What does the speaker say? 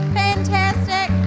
fantastic